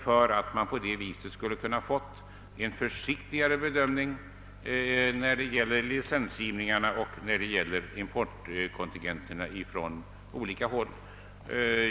Därigenom hade man kanske kunnat få en försiktigare bedömning när det gäller licensgivningarna och importkontingenterna från olika håll.